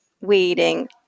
weeding